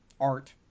Art